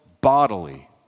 bodily